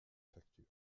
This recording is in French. facture